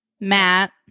matt